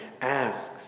asks